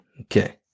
Okay